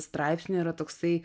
straipsnyje yra toksai